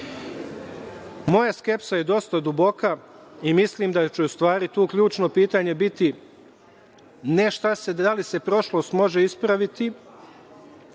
skepsa je dosta duboka i mislim da će u stvari tu ključno pitanje biti ne da li se prošlost može ispraviti,